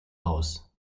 aus